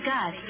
God